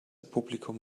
publikum